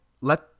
let